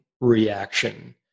reaction